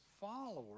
followers